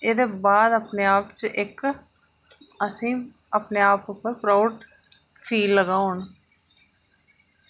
एहदे बाद अपने आप च इक असें अपने आप उप्पर प्राउड फील लगा होन